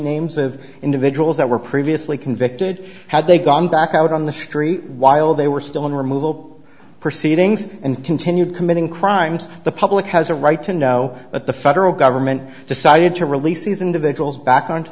names of individuals that were previously convicted had they gone back out on the street while they were still in removal proceedings and continue committing crimes the public has a right to know that the federal government decided to release these individuals back onto